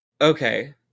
Okay